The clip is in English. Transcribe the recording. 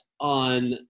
on